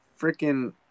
freaking